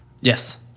Yes